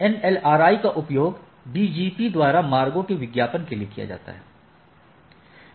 NLRI का उपयोग BGP द्वारा मार्गों के विज्ञापन के लिए किया जाता है